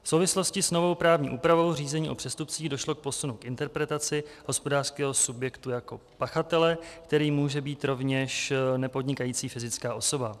V souvislosti s novou právní úpravou řízení o přestupcích došlo k posunu v interpretaci hospodářského subjektu jako pachatele, kterým může být rovněž nepodnikající fyzická osoba.